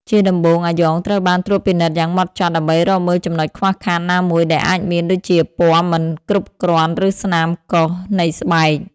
ជាដំបូង អាយ៉ងត្រូវបានត្រួតពិនិត្យយ៉ាងហ្មត់ចត់ដើម្បីរកមើលចំណុចខ្វះខាតណាមួយដែលអាចមានដូចជាពណ៌មិនគ្រប់គ្រាន់ឬស្នាមកោសនៃស្បែក។